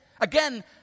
Again